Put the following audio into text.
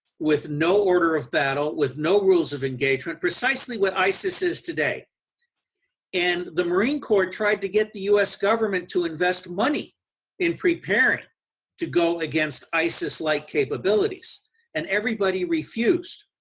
with no order of battle, with no rules of engagement, precisely what isis is today and the marine corps tried to get the u s. government to invest money in preparing to go against isis like capabilities and everybody refused.